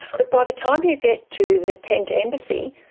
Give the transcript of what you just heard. but by the time you get to the tent embassy,